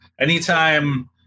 anytime